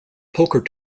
poker